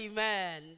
Amen